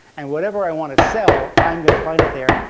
and whatever i want to sell, i'm going to find it there,